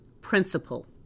principle